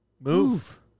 Move